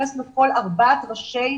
בהתייחס לכל ארבעת ראשי